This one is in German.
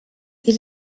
die